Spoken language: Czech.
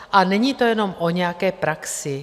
A není to jenom o nějaké praxi.